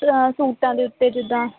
ਸੂਟਾਂ ਦੇ ਉੱਤੇ ਜਿੱਦਾਂ